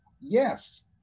yes